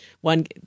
One